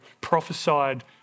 prophesied